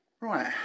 right